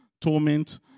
torment